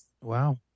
wow